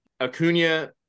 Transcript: Acuna